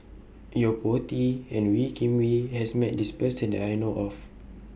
Yo Po Tee and Wee Kim Wee has Met This Person that I know of